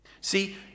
see